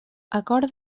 acord